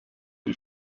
die